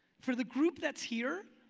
for the group that's here,